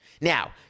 Now